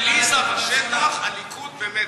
עליזה בשטח, הליכוד במתח.